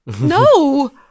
No